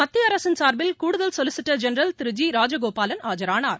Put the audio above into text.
மத்திய அரசின் சார்பில் கூடுதல் solicitor general Thiru G Rajagopalan ஆஜரானார்